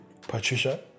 Patricia